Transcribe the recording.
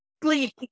Please